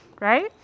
right